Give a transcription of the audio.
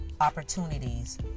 opportunities